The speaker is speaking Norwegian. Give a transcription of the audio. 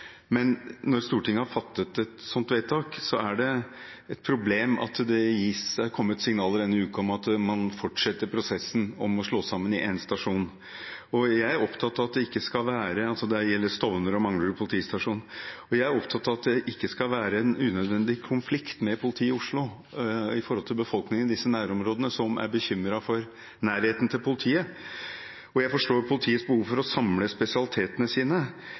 men når Stortinget har fattet et sånt vedtak, er det et problem at det har kommet signaler denne uken om at man fortsetter prosessen med å slå sammen til én stasjon. Det gjelder Manglerud og Stovner politistasjoner. Jeg er opptatt av at det ikke skal være en unødvendig konflikt mellom politiet i Oslo og befolkningen i disse nærområdene, som er bekymret for nærheten til politiet. Jeg forstår politiets behov for å samle spesialitetene sine,